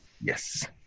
Yes